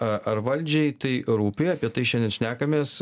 ar valdžiai tai rūpi apie tai šiandien šnekamės